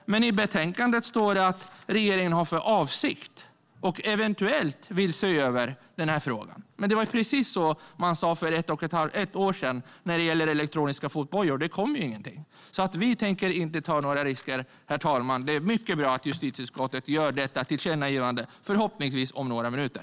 I betänkandet står det att regeringen har för avsikt att och eventuellt vill se över den här frågan. Men det var precis så man sa för ett år sedan när det gäller elektroniska fotbojor. Det kom ingenting. Vi tänker inte ta några risker, herr talman. Det är mycket bra att riksdagen gör detta tillkännagivande, förhoppningsvis om några minuter.